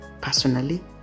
personally